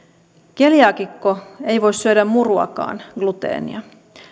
keliaakikko ei voi syödä muruakaan gluteenia